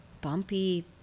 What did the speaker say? bumpy